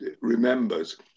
remembers